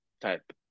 type